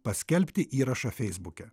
paskelbti įrašą feisbuke